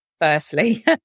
firstly